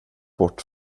bort